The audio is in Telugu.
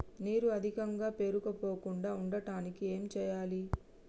నీరు అధికంగా పేరుకుపోకుండా ఉండటానికి ఏం చేయాలి?